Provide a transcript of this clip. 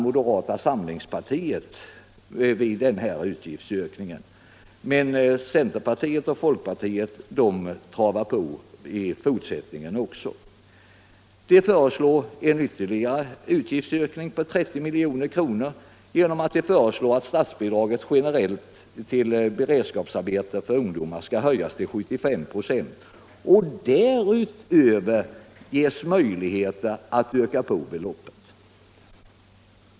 Moderata samlingspartiet stannar vid denna utgiftsökning, men centern och folkpartiet går längre. De föreslår en ytterligare utgiftsökning på 30 milj.kr. genom att statsbidraget generellt till beredskapsarbeten för ungdomar skulle höjas till 75 96. Därutöver skulle ges möjligheter att öka beloppet.